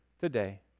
today